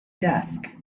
desk